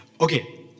Okay